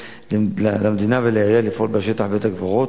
למדינה ולעירייה לפעול בשטח בית-הקברות.